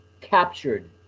captured